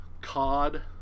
cod